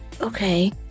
Okay